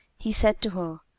he said to her,